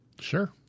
Sure